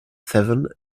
seven